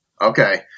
Okay